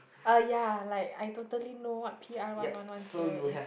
uh ya like I totally know what P_R one one one zero is